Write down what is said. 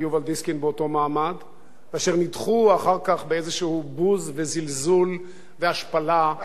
אשר נדחו אחר כך באיזה בוז וזלזול והשפלה על-ידי ראש הממשלה,